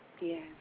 Yes